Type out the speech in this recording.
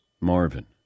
Marvin